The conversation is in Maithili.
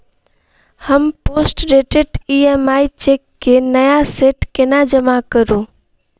हम पोस्टडेटेड ई.एम.आई चेक केँ नया सेट केना जमा करू?